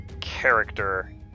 character